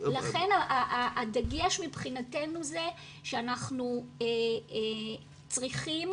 לכן הדגש מבחינתנו זה שאנחנו צריכים